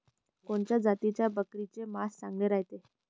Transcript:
कोनच्या जातीच्या बकरीचे मांस चांगले रायते?